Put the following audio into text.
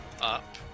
up